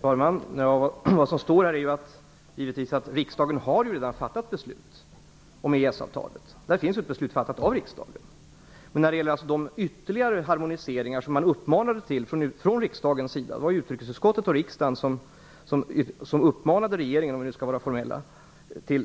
Fru talman! Vad som står i svaret är att riksdagen redan fattat beslut om EES-avtalet. Men när det gäller de ytterligare harmoniseringar som regeringen uppmanades till från riksdagens sida - det var ju riksdagen och dess utrikesutskott som uppmanade regeringen till harmoniseringsarbete